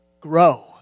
grow